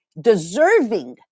deserving